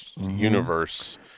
universe